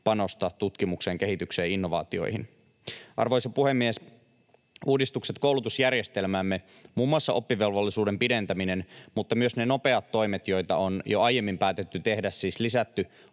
panostaa tutkimukseen, kehitykseen ja innovaatioihin. Arvoisa puhemies! Uudistukset koulutusjärjestelmäämme, muun muassa oppivelvollisuuden pidentäminen, mutta myös ne nopeat toimet, joita on jo aiemmin päätetty tehdä — on siis lisätty